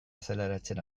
azaleratzen